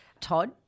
Todd